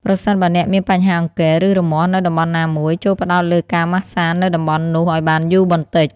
ប្រសិនបើអ្នកមានបញ្ហាអង្គែរ ឬរមាស់នៅតំបន់ណាមួយ ចូរផ្តោតលើការម៉ាស្សានៅតំបន់នោះឲ្យបានយូរបន្តិច។